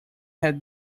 had